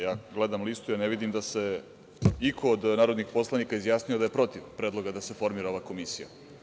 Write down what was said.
Ja gledam listu i ne vidim da se iko od narodnih poslanika izjasnio da je protiv predloga da se formira ova komisija.